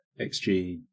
XG